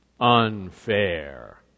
Unfair